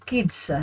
Kids